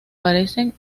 parecen